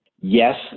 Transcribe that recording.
Yes